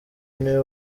niwe